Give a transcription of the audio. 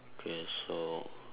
okay so